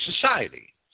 society